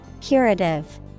Curative